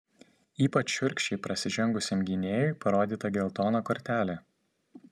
ypač šiurkščiai prasižengusiam gynėjui parodyta geltona kortelė